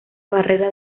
barrera